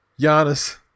Giannis